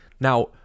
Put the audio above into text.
now